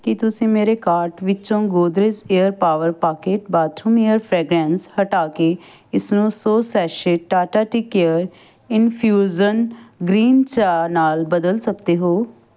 ਕੀ ਤੁਸੀਂ ਮੇਰੇ ਕਾਰਟ ਵਿੱਚੋਂ Godrej air power pocket bathroom air fragrance ਹਟਾ ਕੇ ਇਸਨੂੰ ਸੌ sachet Tata tea care infusion green ਚਾਹ ਨਾਲ ਬਦਲ ਸਕਦੇ ਹੋ